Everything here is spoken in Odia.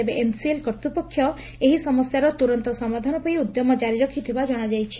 ତେବେ ଏମସିଏଲ କର୍ତ୍ତୁପକ୍ଷ ଏହି ସମସ୍ୟାର ତୁରନ୍ତ ସମାଧାନ ପାଇଁ ଉଦ୍ୟମ ଜାରି ରଖଥିବା ଜଣାଯାଇଛି